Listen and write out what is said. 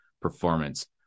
performance